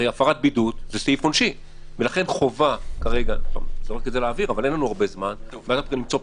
לכן חובה למצוא פתרון.